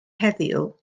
heddiw